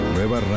Nueva